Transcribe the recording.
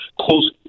close